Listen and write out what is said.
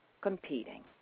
Competing